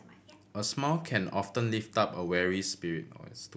a smile can often lift up a weary spirit